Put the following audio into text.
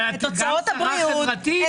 את הוצאות הבריאות,